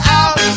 out